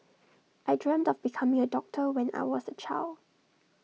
I dreamt of becoming A doctor when I was A child